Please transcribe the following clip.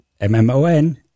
M-M-O-N